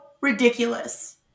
ridiculous